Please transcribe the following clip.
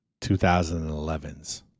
2011s